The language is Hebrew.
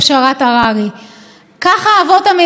ככה האבות המייסדים החליטו.